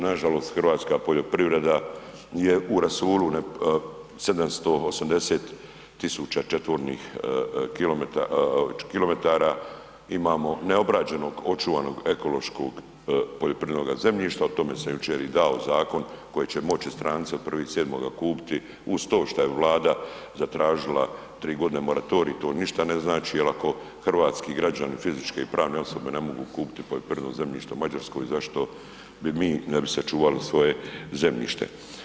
Nažalost, hrvatska poljoprivreda je u rasulu, 780 000 četvornih kilometara imamo neobrađenog očuvanog ekološkog poljoprivrednoga zemljišta, o tome sam jučer i dao zakon koji će moći stranci od 1.7. kupiti uz to šta je Vlada zatražila 3.g. moratorij to ništa ne znači jel ako hrvatski građani, fizičke i pravne osobe ne mogu kupiti poljoprivredno zemljište u Mađarskoj, zašto bi mi, ne bi sačuvali svoje zemljište.